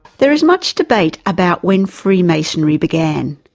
there is much debate about when freemasonry began.